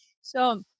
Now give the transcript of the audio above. So-